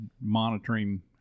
monitoring